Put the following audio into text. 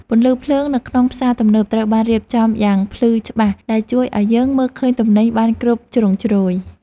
ពន្លឺភ្លើងនៅក្នុងផ្សារទំនើបត្រូវបានរៀបចំយ៉ាងភ្លឺច្បាស់ដែលជួយឱ្យយើងមើលឃើញទំនិញបានគ្រប់ជ្រុងជ្រោយ។